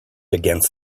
against